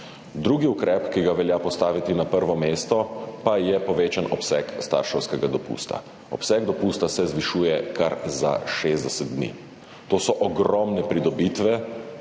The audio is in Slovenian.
Drugi ukrep, ki ga velja postaviti na prvo mesto, pa je povečan obseg starševskega dopusta. Obseg dopusta se zvišuje kar za 60 dni. To so ogromne pridobitve